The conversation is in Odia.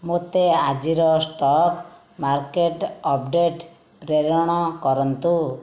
ମୋତେ ଆଜିର ଷ୍ଟକ ମାର୍କେଟ ଅପଡେଟ୍ ପ୍ରେରଣ କରନ୍ତୁ